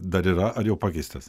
dar yra ar jau pakeistas